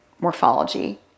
morphology